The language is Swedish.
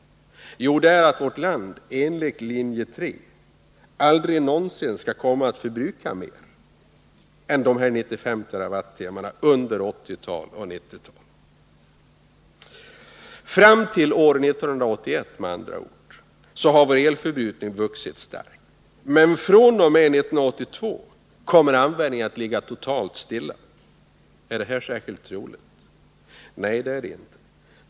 Jo, det är att vårt land enligt linje 3 aldrig någonsin skall komma att förbruka mer än dessa 95 TWh under 1980-talet och 1990-talet. Fram till år 1981 har med andra ord vår elförbrukning vuxit starkt. Men fr.o.m. 1982 kommer användningen att helt ligga stilla. Är detta särskilt troligt? Nej, det är det inte.